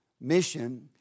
mission